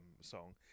song